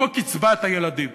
כמו קצבת הילדים,